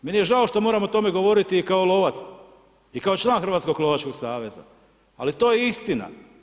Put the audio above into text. Meni je žao što moram o tome govoriti i kao lovac, i kao član Hrvatskog lovačkog saveza, ali to je istina.